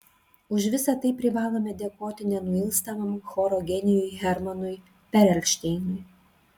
už visa tai privalome dėkoti nenuilstamam choro genijui hermanui perelšteinui